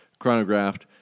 chronographed